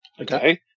Okay